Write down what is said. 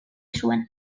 zuen